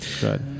Good